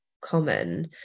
common